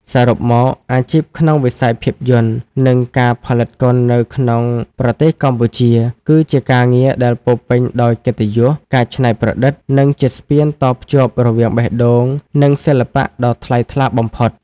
សរុបមក អាជីពក្នុងវិស័យភាពយន្ត និងការផលិតកុននៅក្នុងប្រទេសកម្ពុជា គឺជាការងារដែលពោរពេញដោយកិត្តិយស ការច្នៃប្រឌិត និងជាស្ពានតភ្ជាប់រវាងបេះដូង និងសិល្បៈដ៏ថ្លៃថ្លាបំផុត។